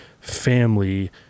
family